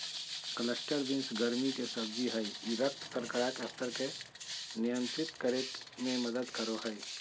cluster beans गर्मि के सब्जी हइ ई रक्त शर्करा के स्तर के नियंत्रित करे में मदद करो हइ